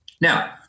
Now